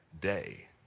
day